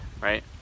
right